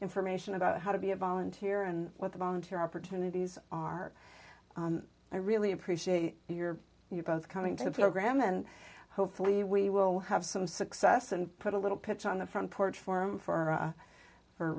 information about how to be a volunteer and what the volunteer opportunities are i really appreciate your you both coming to the program and hopefully we will have some success and put a little pitch on the front porch forum for